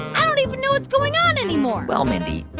i don't even know what's going on anymore well, mindy,